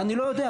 אני לא יודע.